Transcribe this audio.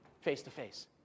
face-to-face